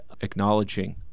acknowledging